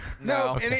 No